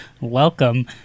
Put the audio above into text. welcome